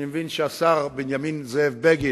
אני מבין שהשר זאב בנימין בגין,